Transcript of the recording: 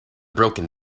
broken